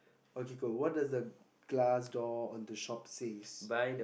okay go what does the glass door of the shop says